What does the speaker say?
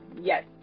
Yes